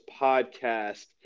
Podcast